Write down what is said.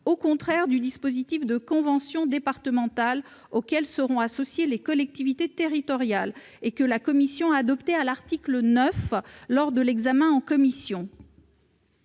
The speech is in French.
contrairement au dispositif de convention départementale- auquel seront associées les collectivités territoriales -adopté à l'article 9 lors de l'examen en commission.